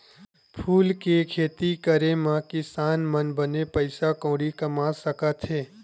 फूल के खेती करे मा किसान मन बने पइसा कउड़ी कमा सकत हे